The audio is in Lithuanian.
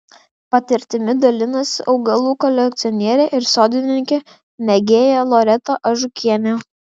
patirtimi dalinasi augalų kolekcionierė ir sodininkė mėgėja loreta ažukienė